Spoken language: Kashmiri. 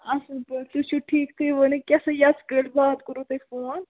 اَصٕل پٲٹھۍ تُہۍ چھُو ٹھیٖک تُہۍ ؤنِو کیٛاہ سا یٔژ کٲلۍ بعد کوٚروٕ تۄہہِ فون